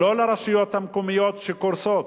לא לרשויות המקומיות שקורסות.